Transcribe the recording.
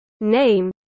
name